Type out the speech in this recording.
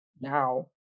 now